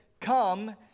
Come